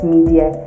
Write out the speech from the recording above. Media